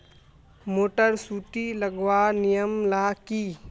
Motor सुटी लगवार नियम ला की?